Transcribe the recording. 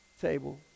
table